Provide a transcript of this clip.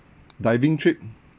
diving trip